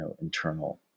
internal